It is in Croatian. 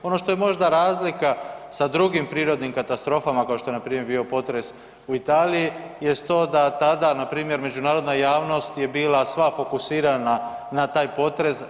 Ono što je možda razlika sa drugim prirodnim katastrofama kao što je npr. bio potres u Italiji jest to da tada npr. međunarodna javnost je bila sva fokusirana na taj potres.